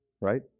right